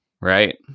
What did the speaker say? Right